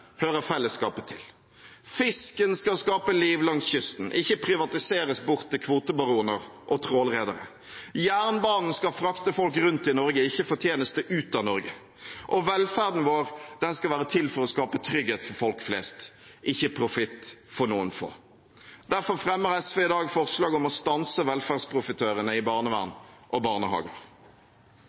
hører fellesskapet til. Fisken skal skape liv langs kysten, ikke privatiseres bort til kvotebaroner og trålredere. Jernbanen skal frakte folk rundt i Norge, ikke fortjeneste ut av Norge. Og velferden vår skal være til for å skape trygghet for folk flest, ikke profitt for noen få. Derfor fremmer SV i dag forslag om å stanse velferdsprofitørene i barnevern og barnehager.